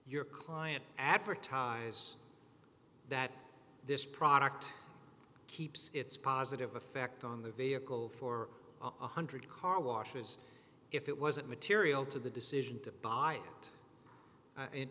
your client advertise that this product keeps its positive effect on the vehicle for one hundred carwashes if it wasn't material to the decision to buy it